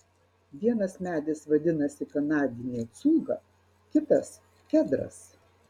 vienas medis vadinasi kanadinė cūga kitas kedras